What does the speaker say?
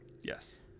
Yes